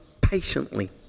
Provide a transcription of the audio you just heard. patiently